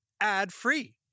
ad-free